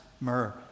myrrh